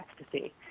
ecstasy